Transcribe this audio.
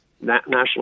national